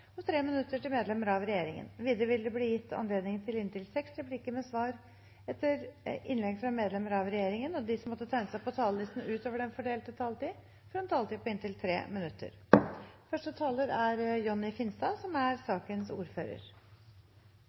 og 3 minutter til medlemmer av regjeringen. Videre vil det bli gitt anledning til inntil seks replikker med svar etter innlegg fra medlemmer av regjeringen, og de som måtte tegne seg på talerlisten utover den fordelte taletid, får også en taletid på inntil 3 minutter.